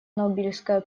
нобелевская